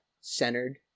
centered